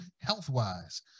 health-wise